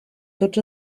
tots